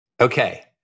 Okay